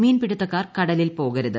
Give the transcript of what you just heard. മീൻപിടുത്തക്കാർ കടലിൽ പ്പോകരുത്